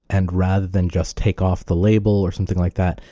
and rather than just take off the label or something like that,